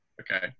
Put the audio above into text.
okay